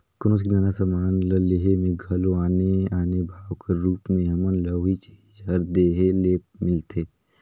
कोनोच किराना समान ल लेहे में घलो आने आने भाव कर रूप में हमन ल ओही चीज हर देखे ले मिलथे